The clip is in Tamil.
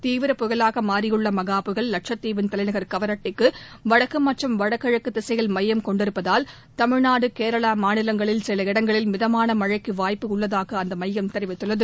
தீவிர புயலாக மாறியுள்ள மகா புயல் லட்சத்தீவின் தலைநகர் கவரெட்டிக்கு வடக்கு மற்றும் வடகிழக்கு திசையில் மையம் கொண்டிருப்பதால் தமிழ்நாடு கேரளா மாநிலங்களில் சில இடங்களில் மிதமான மழைக்கு வாய்ப்புள்ளதாக அந்த மையம் தெரிவித்துள்ளது